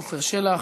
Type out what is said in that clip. עפר שלח.